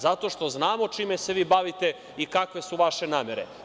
Zato što znamo čime se vi bavite i kakve su vaše namere.